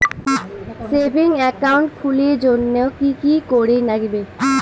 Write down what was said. Savings account খুলির জন্যে কি কি করির নাগিবে?